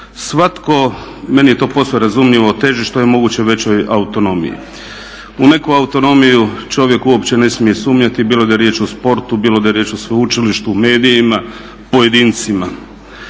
Svatko meni je to posve razumljivo teži što je moguće većoj autonomiji. U neku autonomiju čovjek uopće ne smije sumnjati bilo da je riječ o sportu, bilo da je riječ o sveučilištu, medijima, pojedincima.